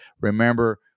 remember